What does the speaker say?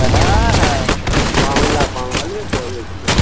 হ্যাঁ হ্যাঁ বাংলা বাংলা নিয়ে পড়িয়েছিলো